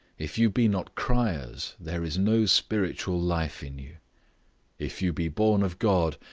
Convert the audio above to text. if you be not criers, there is no spiritual life in you if you be born of god,